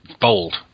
Bold